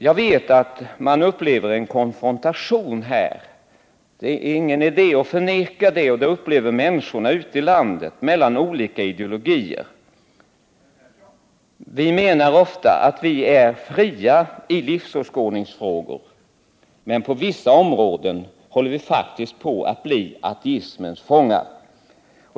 Jag vet att man upplever en konfrontation här — det är ingen idé att förneka det. Även människorna ute i landet upplever en konfrontation mellan olika ideologier. Vi menar ofta att vi är fria när det gäller livsåskådningsfrågor, men på vissa områden håller vi faktiskt på att bli ateismens fångar.